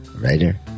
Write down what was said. writer